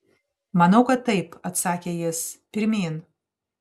manau kad taip atsakė jis pirmyn